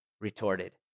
retorted